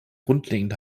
grundlegend